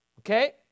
Okay